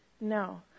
no